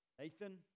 Nathan